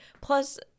plus